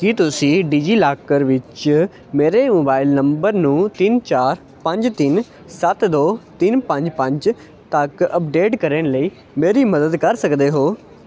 ਕੀ ਤੁਸੀਂ ਡਿਜੀਲਾਕਰ ਵਿੱਚ ਮੇਰੇ ਮੋਬਾਈਲ ਨੰਬਰ ਨੂੰ ਤਿੰਨ ਚਾਰ ਪੰਜ ਤਿੰਨ ਸੱਤ ਦੋ ਤਿੰਨ ਪੰਜ ਪੰਜ ਤੱਕ ਅੱਪਡੇਟ ਕਰਨ ਲਈ ਮੇਰੀ ਮਦਦ ਕਰ ਸਕਦੇ ਹੋ